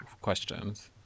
questions